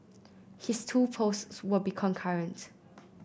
his two posts will be concurrent